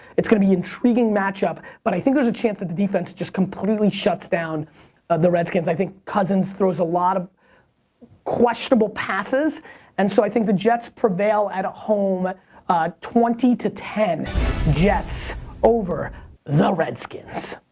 it's gonna be intriguing match-up. but i think there's a chance that the defense just completely shuts down the redskins. i think cousins throws a lot of questionable passes and so i think the jets prevail at home twenty to ten jets over the redskins.